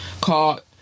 Called